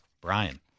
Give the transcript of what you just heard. Brian